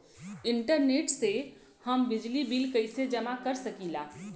Internet से हम बिजली बिल कइसे जमा कर सकी ला?